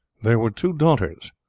there were two daughters,